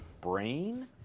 brain